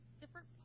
different